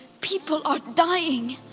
people are dying.